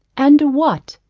and what,